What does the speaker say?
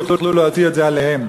יוכלו להוציא את זה עליהם.